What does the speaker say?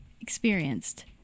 experienced